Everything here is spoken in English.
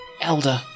Elder